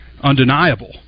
undeniable